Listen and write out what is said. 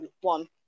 one